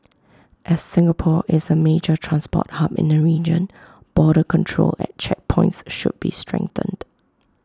as Singapore is A major transport hub in the region border control at checkpoints should be strengthened